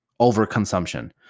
overconsumption